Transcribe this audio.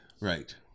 Right